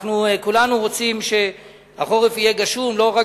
כולנו רוצים שהחורף יהיה גשום לא רק